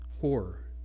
Horror